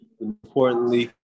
importantly